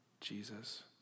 Jesus